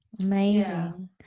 amazing